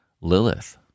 Lilith